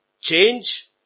change